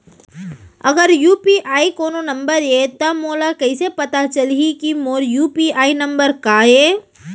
अगर यू.पी.आई कोनो नंबर ये त मोला कइसे पता चलही कि मोर यू.पी.आई नंबर का ये?